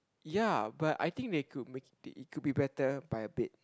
ya but I think they could make~ it could be better by a bit